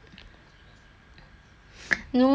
no